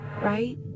right